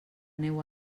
neu